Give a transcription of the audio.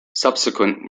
subsequent